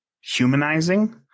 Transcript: humanizing